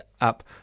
up